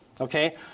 Okay